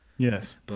Yes